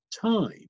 time